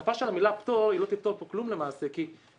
הוספה של המילה "פטור" לא תפתור פה כלום למעשה כי שם